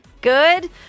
Good